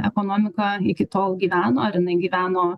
ekonomika iki tol gyveno ar jinai gyveno